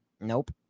Nope